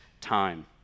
time